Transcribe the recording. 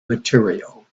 material